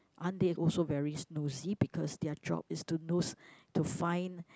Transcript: aren't they also very nosy because their job is to nose to find